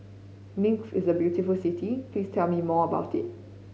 Minsk is a beautiful city Please tell me more about it